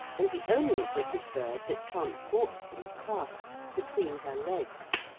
and the only british bird that transports them clasped between her legs.